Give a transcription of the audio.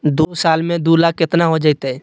दू साल में दू लाख केतना हो जयते?